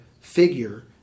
figure